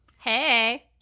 Hey